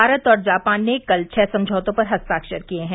भारत और जापान ने कल छह समझौतों पर हस्ताक्षर किए हैं